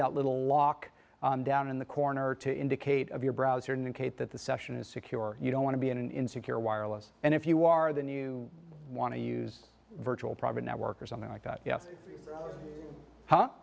that little lock down in the corner to indicate of your browser indicate that the session is secure you don't want to be in secure wireless and if you are then you want to use virtual private network or something like that y